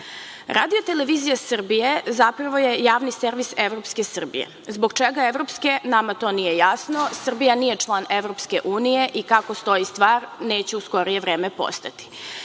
televizija Srbije zapravo je Javni servi evropske Srbije, zbog čega evropske nama to nije jasno. Srbija nije član EU i kako stoji stvar neće u skorije vreme postati.Međutim,